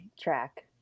track